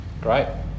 Great